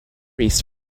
east